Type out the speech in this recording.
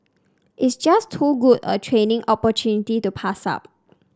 it's just too good a training opportunity to pass up